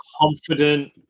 confident